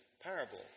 parable